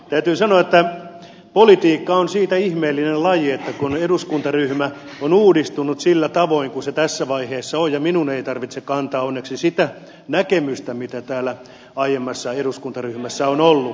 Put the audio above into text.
täytyy sanoa että politiikka on siitä ihmeellinen laji että eduskuntaryhmä on uudistunut sillä tavoin kuin se tässä vaiheessa on ja minun ei tarvitse kantaa onneksi sitä näkemystä mitä täällä aiemmassa eduskuntaryhmässä on ollut